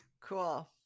Cool